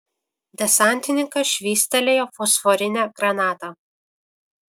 desantininkas švystelėjo fosforinę granatą